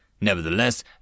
Nevertheless